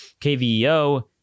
KVEO